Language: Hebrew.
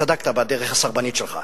שצדקת בדרך הסרבנית שלך,